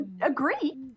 agree